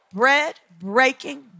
bread-breaking